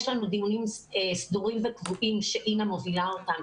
יש לנו דיונים סדורים וקבועים שאינה מובילה אותם,